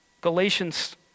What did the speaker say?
Galatians